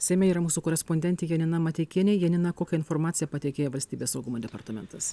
seime yra mūsų korespondentė janina mateikienė janina kokią informaciją pateikė valstybės saugumo departamentas